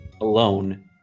alone